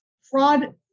fraud